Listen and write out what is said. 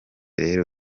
rero